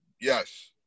Yes